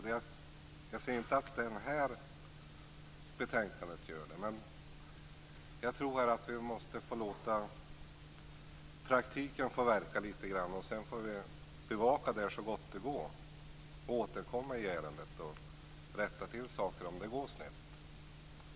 Jag säger inte att detta betänkande gör det. Men jag tror att vi måste låta praktiken verka litet grand, och sedan får vi bevaka det så gott det går och återkomma i ärendet och rätta till saker om det går snett.